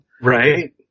Right